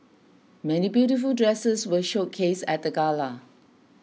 many beautiful dresses were showcased at the gala